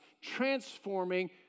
transforming